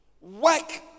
work